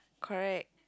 correct